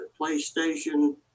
PlayStation